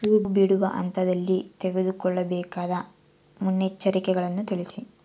ಹೂ ಬಿಡುವ ಹಂತದಲ್ಲಿ ತೆಗೆದುಕೊಳ್ಳಬೇಕಾದ ಮುನ್ನೆಚ್ಚರಿಕೆಗಳನ್ನು ತಿಳಿಸಿ?